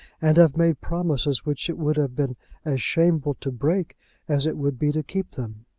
and have made promises which it would have been as shameful to break as it would be to keep them.